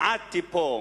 מעדתי פה.